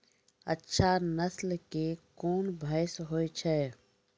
अच्छा नस्ल के कोन भैंस होय छै?